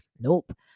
nope